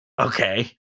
Okay